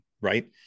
right